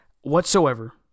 whatsoever